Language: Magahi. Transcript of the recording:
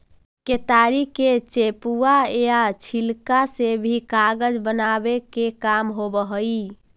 केतारी के चेपुआ या छिलका से भी कागज बनावे के काम होवऽ हई